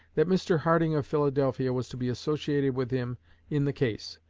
that mr. harding of philadelphia was to be associated with him in the case,